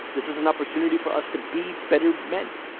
this is an opportunity for us to be better men.